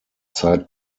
zeit